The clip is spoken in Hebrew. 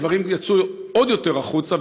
הדברים יצאו עוד יותר החוצה,